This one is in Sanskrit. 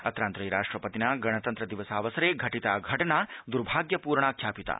अत्रान्तरे राष्ट्रपतिना गणतन्त्र दिवसावसरे घटिता घटना द्भाग्यपूर्णा ख्यापिता